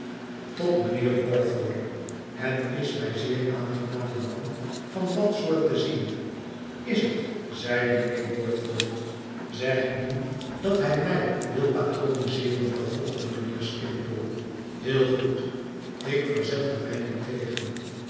tot mijnheer boythorn het is mij zeer aangenaam een man van dat soort te zien is het zeide mijnheer boythorn zeg nu dat hij mij wil patroniseeren vervolgde mijnheer skimpole heel goed ik verzet er mij niet tegen